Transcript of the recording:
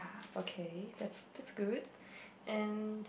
okay that that's good and